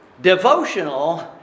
devotional